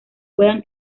pueda